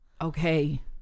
Okay